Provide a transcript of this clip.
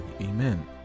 amen